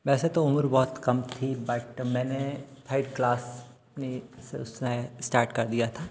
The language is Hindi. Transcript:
वैसे तो उम्र बहुत कम थी बट मैंने फाइव क्लास ही से उसने स्टार्ट कर दिया था